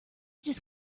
just